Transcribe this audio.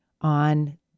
on